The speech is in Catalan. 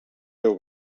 veu